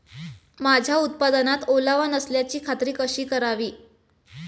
माझ्या उत्पादनात ओलावा नसल्याची खात्री कशी करावी?